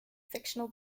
fictional